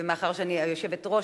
ומאחר שאני היושבת-ראש,